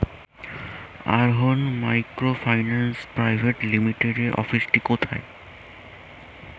আরোহন microfinance private লিমিটেডের অফিসটি কোথায়?